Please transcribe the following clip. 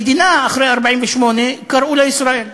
המדינה, אחרי 1948, קראו לה ישראל,